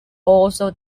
also